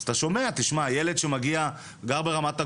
אתה שומע, ילד שגר ברמת הגולן,